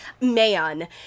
man